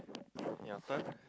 ya sorry